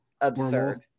absurd